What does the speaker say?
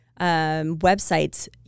websites